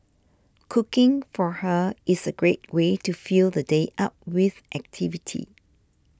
cooking for her is a great way to fill the day up with activity